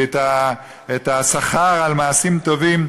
כי את השכר על מעשים טובים,